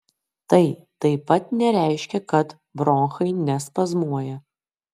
tai taip pat nereiškia kad bronchai nespazmuoja